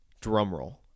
drumroll